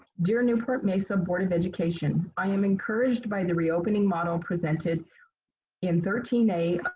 dear newport mesa board of education, i am encouraged by the reopening model presented in thirteen a